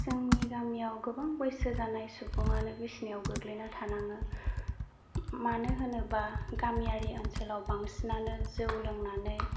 जोंनि गामियाव गोबां बैसो जानाय सुबुंआनो बिसनायाव गोग्लैना थानाङो मानो होनोबा गामियारि ओनसोलाव बांसिनानो जौ लंनानै